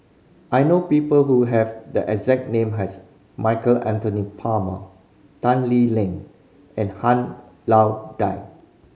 I know people who have the exact name as Michael Anthony Palmer Tan Lee Leng and Han Lao Da